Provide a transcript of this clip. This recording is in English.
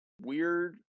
Weird